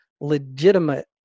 legitimate